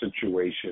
situation